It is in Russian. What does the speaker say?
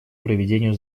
проведению